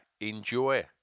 enjoy